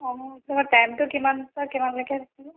অঁ আপোনালোকৰ টাইমটো কিমানৰপৰা কিমানলৈকে থাকিব